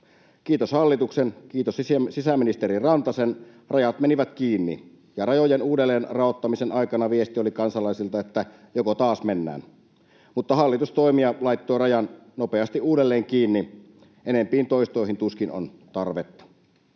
Kiitos hallituksen ja kiitos sisäministeri Rantasen, rajat menivät kiinni. Ja rajojen uudelleen raottamisen aikana viesti oli kansalaisilta, että joko taas mennään. Mutta hallitus toimi ja laittoi rajan nopeasti uudelleen kiinni. Enempiin toistoihin tuskin on tarvetta.